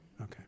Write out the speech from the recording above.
Okay